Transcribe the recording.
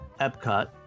Epcot